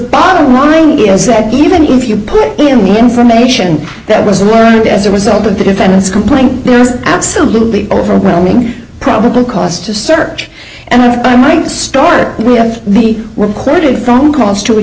bottom line is that even if you put in the information that was learned as a result of the defendant's complaining there is absolutely overwhelming probable cause to search and i'm going to start with the recorded phone calls to wh